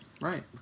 Right